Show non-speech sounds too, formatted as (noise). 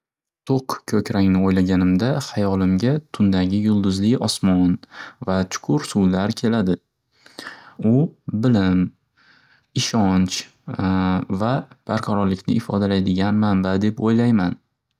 To'q ko'krangni o'ylaganimda, hayolimga tundagi yulduzli osmon va chukur suvlar keladi. U bilim, ishonch (hesitation) va barqarorlikni ifodalaydigan manba deb o'ylayman.